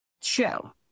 show